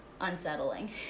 unsettling